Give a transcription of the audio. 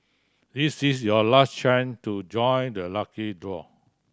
this is your last chance to join the lucky draw